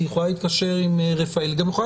היא יכולה להתקשר עם רפאל והיא גם יכולה